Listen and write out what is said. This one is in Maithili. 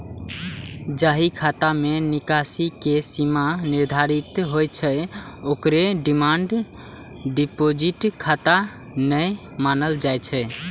जाहि खाता मे निकासी के सीमा निर्धारित होइ छै, ओकरा डिमांड डिपोजिट खाता नै मानल जाइ छै